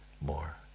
more